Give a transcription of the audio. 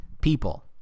people